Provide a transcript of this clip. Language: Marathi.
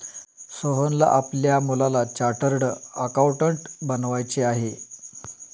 सोहनला आपल्या मुलाला चार्टर्ड अकाउंटंट बनवायचे आहे